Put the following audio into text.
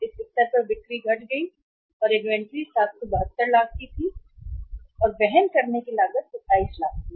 इस स्तर पर बिक्री घट गई इन्वेंट्री 772 लाख थी और वहन करने की लागत 27 लाख थी